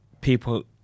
people